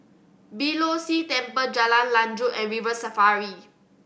Beeh Low See Temple Jalan Lanjut and River Safari